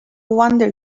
wonder